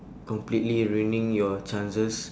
completely ruining your chances